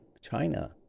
China